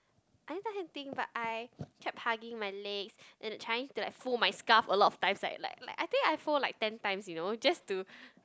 I didn't tell him anything but I kept hugging my legs and trying to fold my scarf a lot of times like like like I think I fold like ten times you know just to